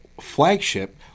flagship